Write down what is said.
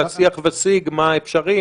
לשיח וסיג מה אפשרי,